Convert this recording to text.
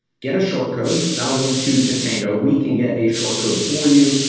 get a short code that'll link to tatango. we can get a short code for you,